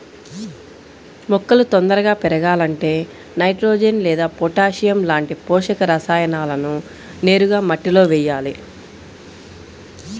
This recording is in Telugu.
మొక్కలు తొందరగా పెరగాలంటే నైట్రోజెన్ లేదా పొటాషియం లాంటి పోషక రసాయనాలను నేరుగా మట్టిలో వెయ్యాలి